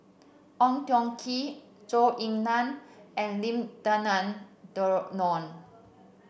Ong Tjoe Kim Zhou Ying Nan and Lim Denan Denon